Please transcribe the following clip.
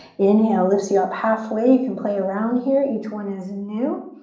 inhale lifts you up halfway. you can play around here. each one is new.